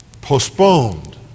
postponed